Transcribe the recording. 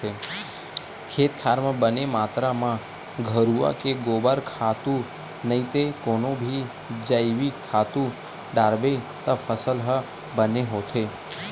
खेत खार म बने मातरा म घुरूवा के गोबर खातू नइते कोनो भी जइविक खातू डारबे त फसल ह बने होथे